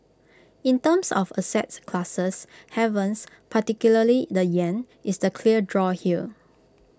in terms of assets classes havens particularly the Yen is the clear draw here